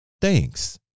thanks